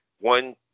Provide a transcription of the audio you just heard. one